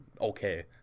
okay